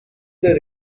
the